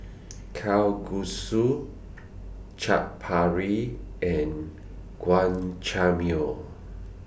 Kalguksu Chaat Papri and